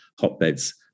hotbeds